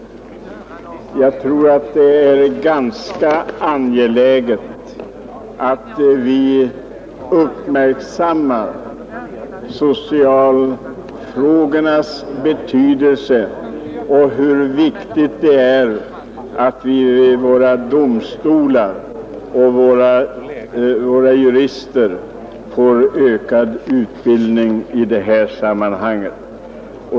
Jag tror att det är ganska angeläget att vi uppmärksammar socialfrågornas betydelse och inser hur viktigt det är att de jurister som skall verka vid våra domstolar får ökad utbildning på detta område.